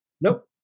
Nope